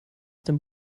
dem